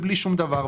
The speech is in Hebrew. בלי שום דבר,